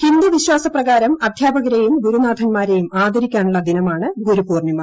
ഹിന്ദു വിശ്വാസപ്രകാരം അധ്യാപകരെയും ഗുരുനാഥൻമാരെയും ആദരിക്കാനുള്ള ദിനമാണ് ഗുരു പൂർണ്ണിമ